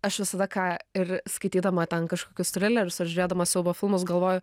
aš visada ką ir skaitydama ten kažkokius trilerius ar žiūrėdama siaubo filmus galvoju